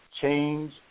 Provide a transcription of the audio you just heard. change